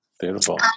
beautiful